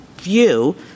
view